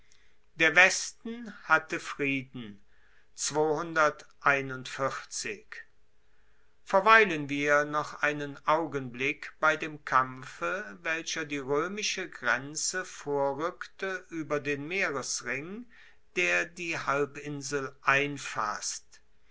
der westen hatte frieden verweilen wir noch einen augenblick bei dem kampfe welcher die roemische grenze vorrueckte ueber den meeresring der die halbinsel einfasst